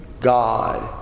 God